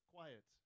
Quiet